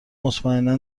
مطمئنا